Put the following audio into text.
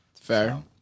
Fair